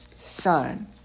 son